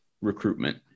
recruitment